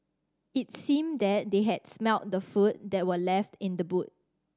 it seemed that they had smelt the food that were left in the boot